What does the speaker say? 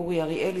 אורי אריאל,